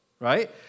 right